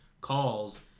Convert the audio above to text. calls